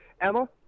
Emma